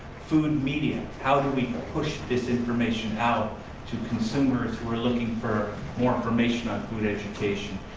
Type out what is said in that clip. food media, how do we push this information out to consumers who are looking for more information on food education,